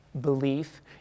belief